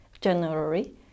January